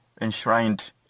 enshrined